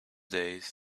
days